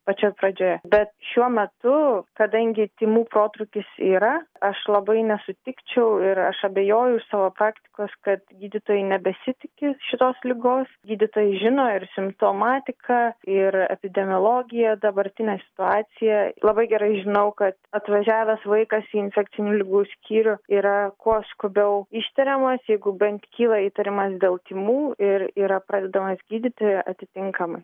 pačioje pradžioje bet šiuo metu kadangi tymų protrūkis yra aš labai nesutikčiau ir aš abejoju iš savo praktikos kad gydytojai nebesitiki šitos ligos gydytojai žino ir simptomatiką ir epidemiologiją dabartinė situacija labai gerai žinau kad atvažiavęs vaikas į infekcinių ligų skyrių yra kuo skubiau ištiriamas jeigu bent kyla įtarimas dėl tymų ir yra pradedamas gydyti atitinkamai